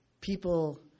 People